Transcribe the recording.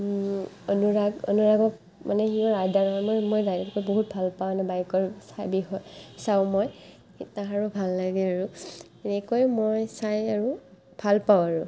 অনুৰাগ অনুৰাগক মানে সিও ৰাইডাৰ হয় মই মই ৰাইডাৰটো বহুত ভাল পাওঁ মানে বাইকৰ চাই বিষয়ে চাওঁ মই তাহাৰো ভাল লাগে আৰু তেনেকৈ মই চাই আৰু ভাল পাওঁ আৰু